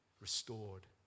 restored